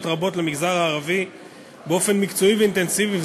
רבות למגזר הערבי באופן מקצועי ואינטנסיבי,